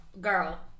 girl